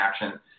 action